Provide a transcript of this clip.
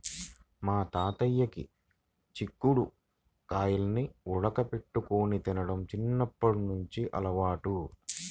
మా తాతయ్యకి చిక్కుడు గాయాల్ని ఉడకబెట్టుకొని తినడం చిన్నప్పట్నుంచి అలవాటు